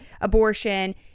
abortion